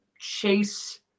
chase